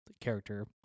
character